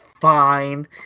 fine